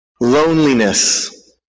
Loneliness